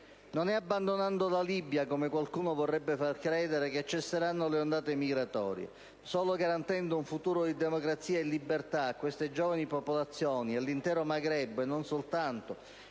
Non è abbandonando la Libia, come qualcuno vorrebbe far credere, che cesseranno le ondate migratorie. Solo garantendo un futuro di democrazia e libertà a queste giovani popolazioni, all'intero Maghreb e non solo